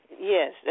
Yes